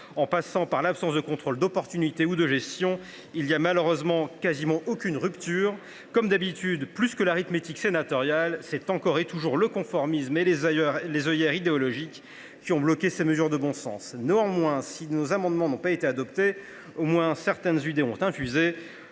en passant par l’absence de contrôle d’opportunité ou de gestion, il n’y a malheureusement quasiment aucune rupture. Comme d’habitude, plus que l’arithmétique sénatoriale, c’est encore et toujours le conformisme et les œillères idéologiques qui ont bloqué ces mesures de bon sens. Néanmoins, si nos amendements n’ont pas été adoptés, certaines idées ont au